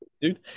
dude